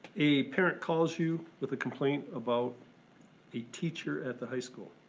a parent calls you with a complaint about a teacher at the high school.